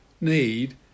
need